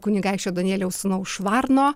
kunigaikščio danieliaus sūnaus švarno